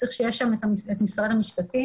צריך שיהיה שם את משרד המשפטים.